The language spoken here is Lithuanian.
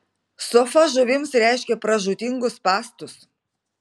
sofa žuvims reiškia pražūtingus spąstus